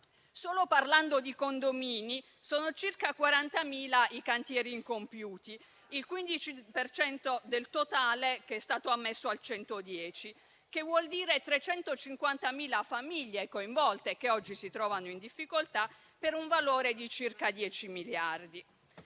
Solo parlando di condomini sono circa 40.000 i cantieri incompiuti, il 15 per cento del totale che è stato ammesso al 110. Ciò vuol dire 350.000 famiglie coinvolte, che oggi si trovano in difficoltà, per un valore di circa dieci miliardi.